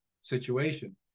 situation